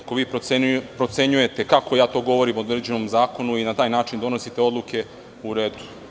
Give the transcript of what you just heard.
Ako vi procenjujete kako ja govorim o određenom zakonu i na taj način donosite odluke, u redu.